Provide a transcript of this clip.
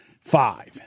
Five